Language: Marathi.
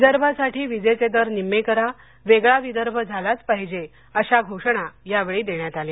विदर्भासाठी विजेचे दर निम्मे करा वेगळा विदर्भ झालाच पाहिजे अशा घोषणा यावेळी देण्यात आल्या